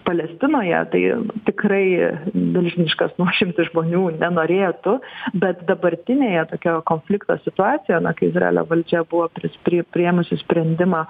palestinoje tai tikrai milžiniškas nuošimtis žmonių nenorėtų bet dabartinėje tokio konflikto situacijoje na kai izraelio valdžia buvo prispri priėmusi sprendimą